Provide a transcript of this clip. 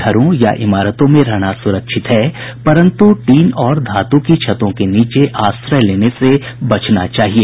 घरों या इमारतों में रहना सुरक्षित है परंतु टीन और धातु की छतों के नीचे आश्रय लेने से भी बचना चाहिए